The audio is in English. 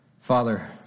Father